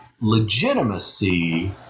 legitimacy